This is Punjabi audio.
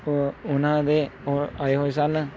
ਉਹ ਉਹਨਾਂ ਦੇ ਉਹ ਆਏ ਹੋਏ ਸਨ